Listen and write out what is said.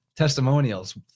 testimonials